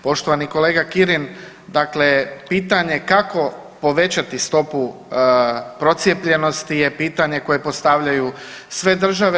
Poštovani kolega Kirin dakle pitanje kako povećati stopu procijepljenosti je pitanje koje postavljaju sve države.